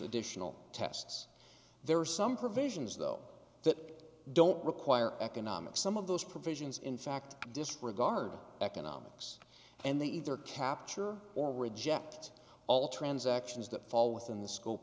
additional tests there are some provisions though that don't require economics some of those provisions in fact disregard economics and they either capture or reject all transactions that fall within the scope